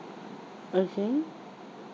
okay